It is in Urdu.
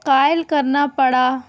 قائل کرنا پڑا